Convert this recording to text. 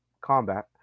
combat